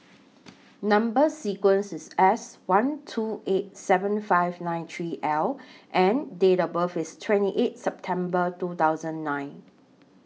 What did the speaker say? Number sequence IS S one two eight seven five nine three L and Date of birth IS twenty eight September two thousand nine